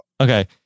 Okay